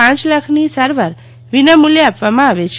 પાંચ લાખની સારવાર વિનામૂલ્યે આપવામાં આવે છે